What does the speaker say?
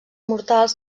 mortals